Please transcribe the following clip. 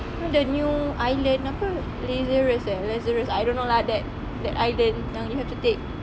the new island apa lazarus eh lazarus I don't know lah that that island yang you have to take